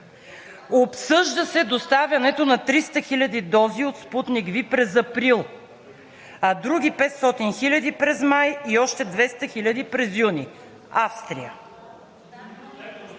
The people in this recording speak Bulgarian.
„Обсъжда се доставянето на 300 хил. дози от „Спутник V“ през април, а други 500 хиляди през май и още 200 хиляди през юни.“